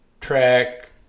track